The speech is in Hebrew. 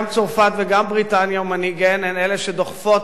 גם צרפת וגם בריטניה ומנהיגיהן הם שדוחפים